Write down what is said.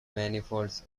manifolds